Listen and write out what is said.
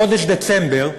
בחודש דצמבר,